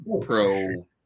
pro